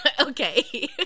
okay